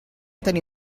tenir